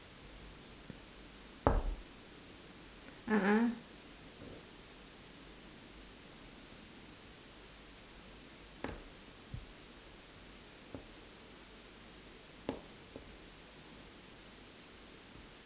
a'ah